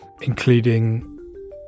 including